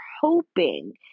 hoping